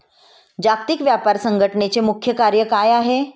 जागतिक व्यापार संघटचे मुख्य कार्य काय आहे?